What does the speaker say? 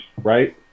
right